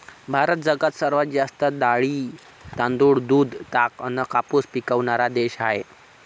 भारत जगात सर्वात जास्त डाळी, तांदूळ, दूध, ताग अन कापूस पिकवनारा देश हाय